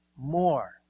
more